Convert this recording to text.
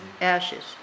ashes